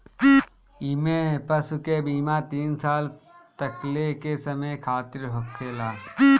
इमें पशु के बीमा तीन साल तकले के समय खातिरा होखेला